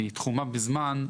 והיא תחומה בזמן,